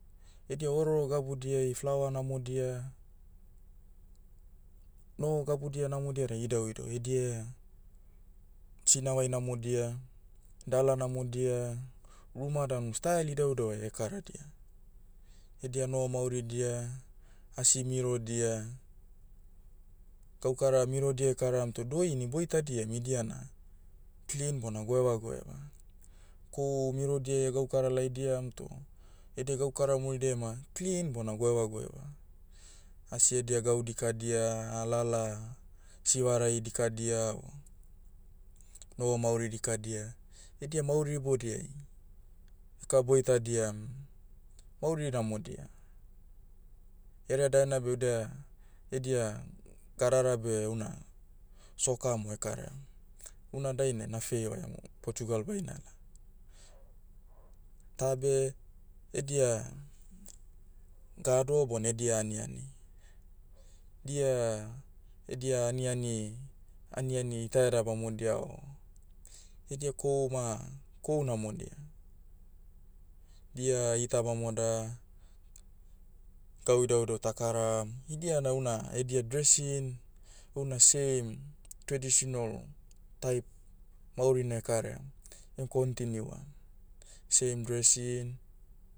Edia ororo gabudiai flower namodia, noho gabudia namodia da idauidau edia, sinavai namodai, dala namodia, ruma danu style idauidauai ekaradia. Edia noho mauridia, asi mirodia, gaukara mirodia ekaram toh doini boitadiam idia na, clean bona goeva goeva. Kohu mirodia egaukara laidiam toh, edia gaukara muridiai ma, clean bona goeva goeva. Asi edia gau dikadia alala, sivarai dikadia o, noho mauri dikadia. Edia mauri ibodiai, eka boitadiam, mauri namodia. Hereadaena be udea- edia, gadara beh una, soccer mo e karam. Una dainai na feivaiam, portugal bainala. Tabe, edia, gado bona edia aniani. Dia, edia aniani- aniani ita eda bamodia o, edia kohu ma, kohu namodia. Dia ita bamoda, gau idaudau takaram, idia na una edia dressing, houna same, traditional, type, maurina ekaraiam, em continue'am. Same dressing,